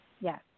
Yes